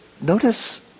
notice